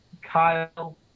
Kyle